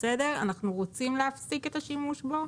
אנחנו רוצים להפסיק את השימוש בו